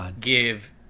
give